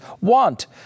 want